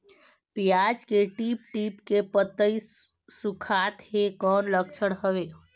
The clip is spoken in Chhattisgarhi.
पियाज के टीप टीप के पतई सुखात हे कौन लक्षण हवे?